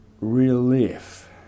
relief